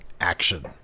action